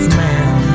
man